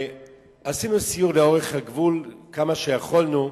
עשינו סיור לאורך הגבול כמה שיכולנו,